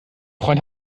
freund